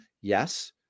Yes